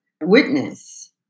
witness